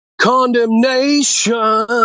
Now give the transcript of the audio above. Condemnation